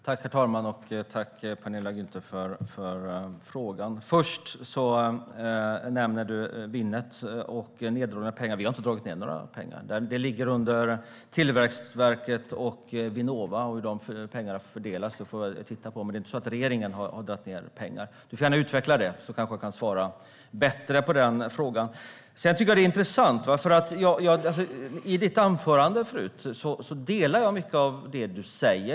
Herr talman! Tack, Penilla Gunther, för frågan! Först nämner du Winnet och neddragningar. Vi har inte dragit ned något på detta. Det ligger under Tillväxtverket och Vinnova hur pengarna fördelas. Det får man titta på. Men det är inte regeringen som har dragit ned på detta. Du får gärna utveckla detta, så kanske jag kan svara bättre på frågan. Jag instämmer i mycket av det du sa i ditt anförande.